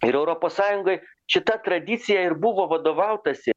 ir europos sąjungoj šita tradicija ir buvo vadovautasi